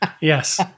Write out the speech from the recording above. Yes